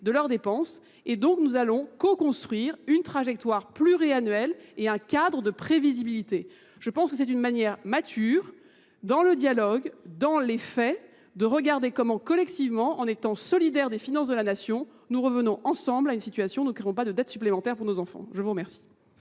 de leurs dépenses, et donc nous allons co-construire une trajectoire pluriannuelle et un cadre de prévisibilité. Je pense que c'est une manière mature dans le dialogue, dans les faits, de regarder comment collectivement, en étant solidaires des finances de la nation, nous revenons ensemble à une situation où nous ne créons pas de dettes supplémentaires pour nos enfants. Je vous remercie.